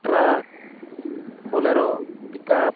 truck Bolero pickup